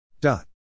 Dot